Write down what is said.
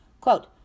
Quote